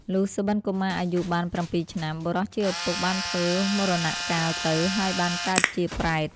លុះ សុបិនកុមារអាយុ បាន៧ ឆ្នាំ បុរសជាឪពុកបានធ្វើមរណកាលទៅ ហើយបានកើតជាប្រេត។